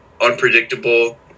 unpredictable